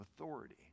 authority